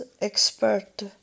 expert